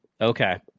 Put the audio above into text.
Okay